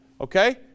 okay